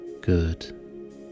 Good